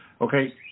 okay